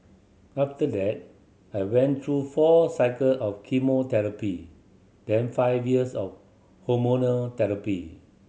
after that I went through four cycle of chemotherapy then five years of hormonal therapy